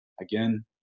Again